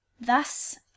thus